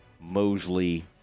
Mosley